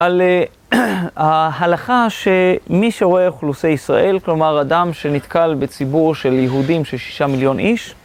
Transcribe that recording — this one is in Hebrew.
על ההלכה שמי שרואה אוכלוסי ישראל, כלומר אדם שנתקל בציבור של יהודים של שישה מיליון איש